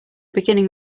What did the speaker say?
beginning